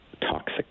toxic